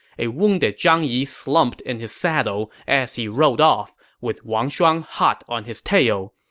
a wounded zhang yi slumped in his saddle as he rode off, with wang shuang hot on his tail.